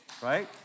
Right